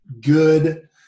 good